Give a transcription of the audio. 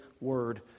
Word